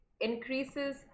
increases